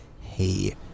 hey